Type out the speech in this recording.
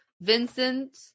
vincent